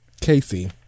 Casey